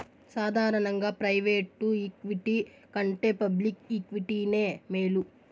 సాదారనంగా private equity కంటే public ఈక్విటీనే మేలు